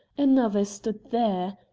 another stood there,